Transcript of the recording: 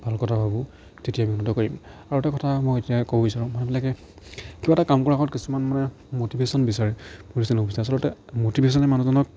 ভাল কথা ভাবোঁ তেতিয়া উন্নতি কৰিম আৰু এটা কথা মই এতিয়াই ক'ব বিচাৰোঁ মানুহবিলাকে কিবা এটা কাম কৰাৰ আগত কিছুমান মানে ম'টিভেশ্যন বিচাৰে মটিভেশ্যন বিচাৰে আচলতে মটিভেশ্যনে মানুহজনক